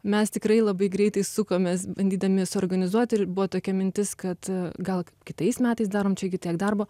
mes tikrai labai greitai sukomės bandydami suorganizuoti ir buvo tokia mintis kad gal kitais metais darom čia tiek darbo